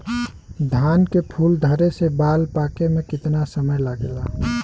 धान के फूल धरे से बाल पाके में कितना समय लागेला?